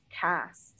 cast